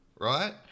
right